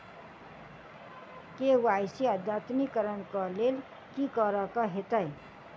KYC अद्यतनीकरण कऽ लेल की करऽ कऽ हेतइ?